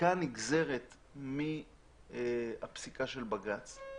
שנגזרת מחקיקת בג"ץ,